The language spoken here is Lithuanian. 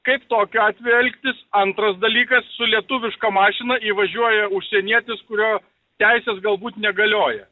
kaip tokiu atveju elgtis antras dalykas su lietuviška mašina įvažiuoja užsienietis kurio teisės galbūt negalioja